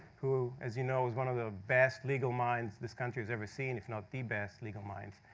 who, as you know, is one of the best legal minds this country's ever seen, if not the best legal minds.